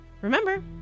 remember